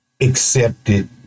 accepted